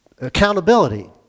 Accountability